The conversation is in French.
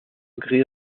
gris